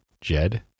jed